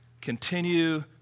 continue